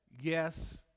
yes